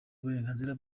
uburenganzira